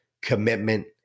commitment